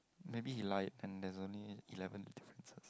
maybe he lied and there's only eleven